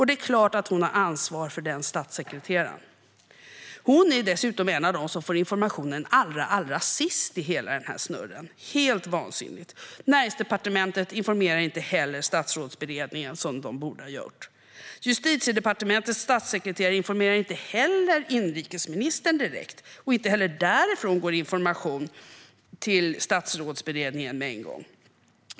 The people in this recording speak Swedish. Det är klart att hon har ansvar för den statssekreteraren. Hon är dessutom en av dem som får informationen allra sist i hela den här snurren - helt vansinnigt. Näringsdepartementet informerar inte heller Statsrådsberedningen, som man borde ha gjort. Inte heller informerar Justitiedepartementets statssekreterare inrikesministern direkt, och inte heller därifrån går information till Statsrådsberedningen med en gång.